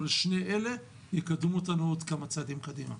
אבל שני הדברים האלה יקדמו אותנו עוד כמה צעדים קדימה.